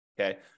Okay